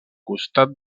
costat